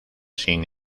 sin